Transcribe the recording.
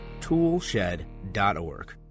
toolshed.org